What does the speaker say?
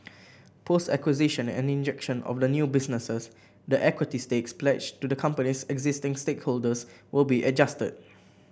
post acquisition and injection of the new businesses the equity stakes pledged to the company's existing stakeholders will be adjusted